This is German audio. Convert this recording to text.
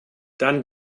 dann